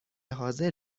حاضر